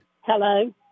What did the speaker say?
Hello